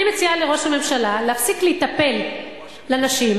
אני מציעה לראש הממשלה להפסיק להיטפל לנשים,